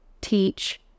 teach